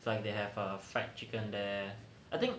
like they have a fried chicken there I think